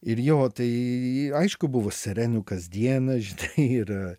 ir jo tai aišku buvo serenų kasdieną žinai ir